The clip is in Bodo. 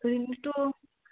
ओरैनोथ'